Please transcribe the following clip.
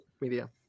media